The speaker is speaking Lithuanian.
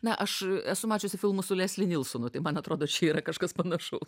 na aš esu mačiusi filmų su lesli nilsonu tai man atrodo čia yra kažkas panašaus